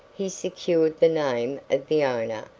he secured the name of the owner,